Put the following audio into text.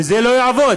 וזה לא יעבוד.